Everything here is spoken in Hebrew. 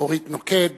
אורית נוקד